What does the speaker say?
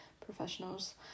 professionals